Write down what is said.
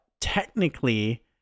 technically